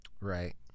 Right